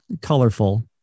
colorful